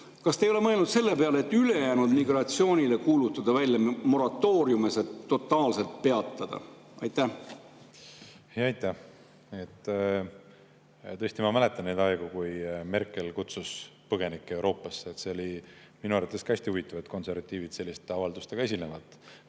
kas te ei ole mõelnud selle peale, et ülejäänud immigratsioonile kuulutada välja moratoorium ja see totaalselt peatada? Aitäh! Tõesti, ma mäletan neid aegu, kui Merkel kutsus põgenikke Euroopasse. See oli minu arvates hästi huvitav, et konservatiivid selliste avaldustega esinesid.